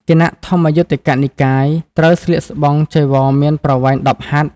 គណៈធម្មយុត្តិកនិកាយ ត្រូវស្លៀកស្បង់ចីវរមានប្រវែង ១០ ហត្ថ។